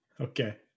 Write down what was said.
Okay